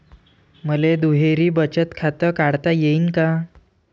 मले दुहेरी बचत खातं काढता येईन का?